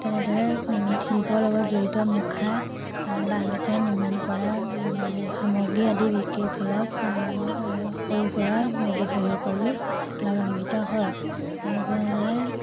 তেনেদৰে মৃৎ শিল্পৰ লগত জড়িত মুখা বাঁহ বেতেৰে নিৰ্মাণ কৰা সামগ্ৰী আদি বিক্ৰীৰ ফলত সৰু সুৰা ব্যৱসায়ীসকলো লাভান্বিত হয় আ যেনেদৰে